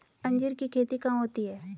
अंजीर की खेती कहाँ होती है?